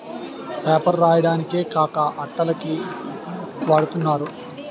paper రాయడానికే కాక అట్టల కి వాడతన్నారు